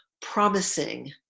promising